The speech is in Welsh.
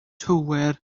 töwr